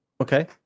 Okay